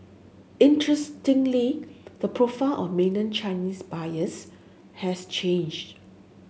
interestingly the profile of mainland Chinese buyers has changed